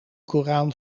koran